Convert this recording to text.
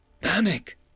Panic